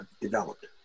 developed